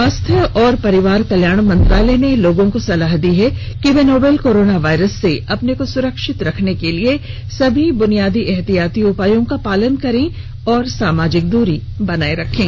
स्वास्थ्य और परिवार कल्याण मंत्रालय ने लोगों को सलाह दी है कि वे नोवल कोरोना वायरस से अपने को सुरक्षित रखने के लिए सभी बुनियादी एहतियाती उपायों का पालन करें और सामाजिक दूरी बनाए रखें